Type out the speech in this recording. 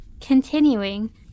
Continuing